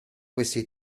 questi